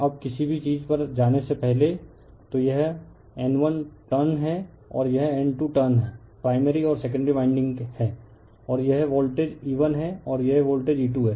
अब किसी भी चीज़ पर जाने से पहले तो यह N1 टर्न है और यह N2 टर्न प्राइमरी और सेकेंडरी वाइंडिंग है और यह वोल्टेज E1 है और यह वोल्टेज E2 है